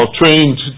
trained